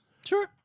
sure